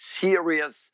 serious